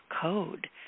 code